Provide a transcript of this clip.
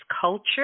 culture